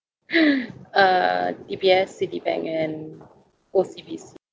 uh D_B_S Citibank and O_C_B_C